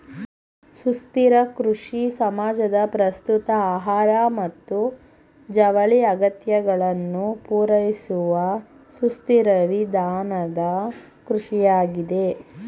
ಸುಸ್ಥಿರ ಕೃಷಿ ಸಮಾಜದ ಪ್ರಸ್ತುತ ಆಹಾರ ಮತ್ತು ಜವಳಿ ಅಗತ್ಯಗಳನ್ನು ಪೂರೈಸುವಸುಸ್ಥಿರವಿಧಾನದಕೃಷಿಯಾಗಿದೆ